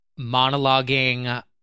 monologuing